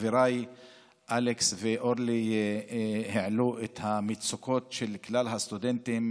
חבריי אלכס ואורלי העלו את המצוקות של כלל הסטודנטים,